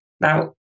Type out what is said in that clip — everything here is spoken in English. now